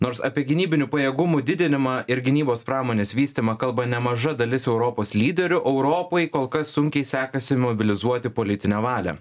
nors apie gynybinių pajėgumų didinimą ir gynybos pramonės vystymą kalba nemaža dalis europos lyderių europai kol kas sunkiai sekasi mobilizuoti politinę valią